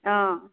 অঁ